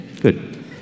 Good